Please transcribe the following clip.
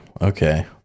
Okay